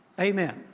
Amen